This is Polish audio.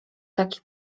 taki